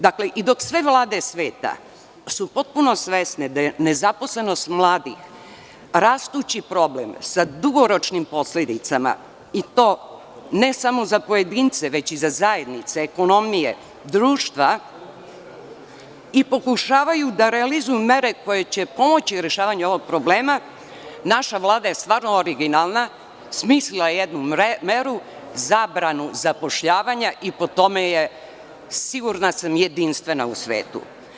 Dakle, i dok sve vlade sveta su potpuno svesne da je nezaposlenost mladih rastući problem sa dugoročnim posledicama i to ne samo za pojedince već i za zajednicu, ekonomije, društva, i pokušavaju da realizuju mere koje će pomoći rešavanje ovog problema, naša Vlada je stvarno originalna, smislila je jednu meru zabranu zapošljavanja i po tome je sigurna sam, jedinstvena u svetu.